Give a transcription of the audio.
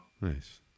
Nice